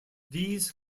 these